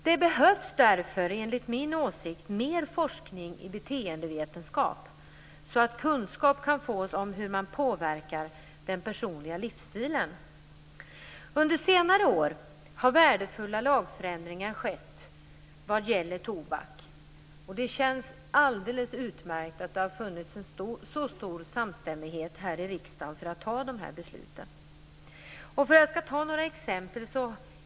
Därför behövs enligt min åsikt mer forskning i beteendevetenskap så att kunskap kan fås om hur man påverkar den personliga livsstilen. Under senare år har värdefulla lagförändringar skett vad gäller tobak. Det känns alldeles utmärkt att det har funnits en så stor samstämmighet här i riksdagen för att fatta de besluten. Jag skall ta några exempel.